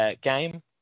Game